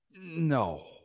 No